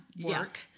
work